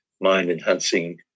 mind-enhancing